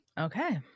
Okay